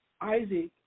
Isaac